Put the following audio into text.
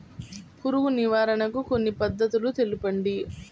పురుగు నివారణకు కొన్ని పద్ధతులు తెలుపండి?